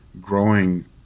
growing